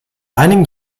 einigen